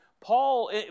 Paul